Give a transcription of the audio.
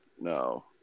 No